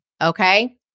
okay